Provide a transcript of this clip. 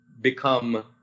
become